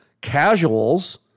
casuals